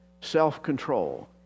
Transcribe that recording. self-control